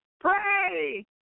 pray